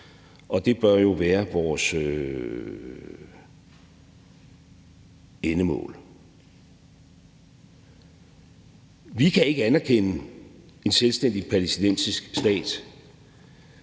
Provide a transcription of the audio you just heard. Og det bør jo være vores endemål. Kl. 19:36 Vi kan ikke anerkende en selvstændig palæstinensisk stat